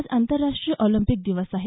आज आंतरराष्ट्रीय ऑलिंपिक दिवस आहे